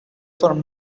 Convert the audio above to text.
from